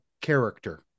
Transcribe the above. character